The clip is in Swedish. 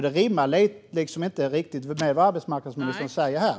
Det rimmar inte med det som arbetsmarknadsministern säger här.